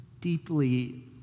deeply